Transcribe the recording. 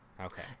Okay